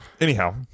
Anyhow